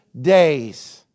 days